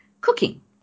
cooking